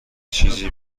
چیزی